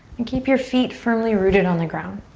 and keep your feet firmly rooted on the ground.